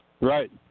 Right